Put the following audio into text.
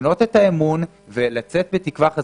לבנות את האמון ולצאת בתקווה אחרי.